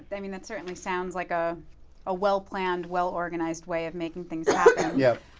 i mean, that certainly sounds like a ah well planned, well organized way of making things yeah